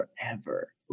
forever